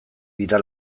dira